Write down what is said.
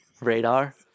radar